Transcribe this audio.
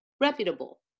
reputable